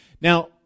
Now